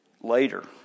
later